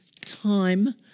time